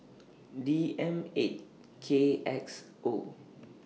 D M eight K X O